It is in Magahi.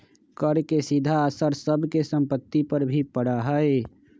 कर के सीधा असर सब के सम्पत्ति पर भी पड़ा हई